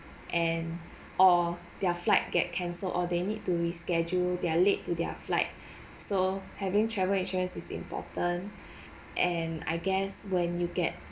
and or their flight gets cancelled or they need to reschedule they are late to their flight so having travel insurance is important and I guess when you get